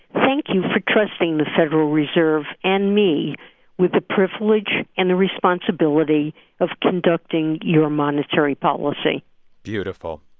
thank you for trusting the federal reserve and me with the privilege and the responsibility of conducting your monetary policy beautiful.